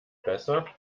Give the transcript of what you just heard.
besser